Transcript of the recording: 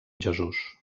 jesús